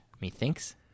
methinks